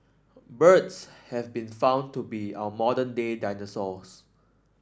birds have been found to be our modern day dinosaurs